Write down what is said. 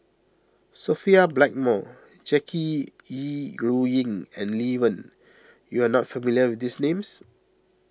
Sophia Blackmore Jackie Yi Ru Ying and Lee Wen you are not familiar with these names